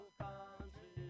country